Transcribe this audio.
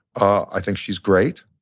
i think she's great.